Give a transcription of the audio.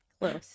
Close